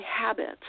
habits